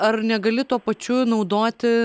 ar negali tuo pačiu naudoti